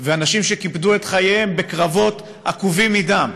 ואנשים קיפדו את חייהם בקרבות עקובים מדם,